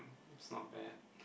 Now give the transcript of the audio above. it's not bad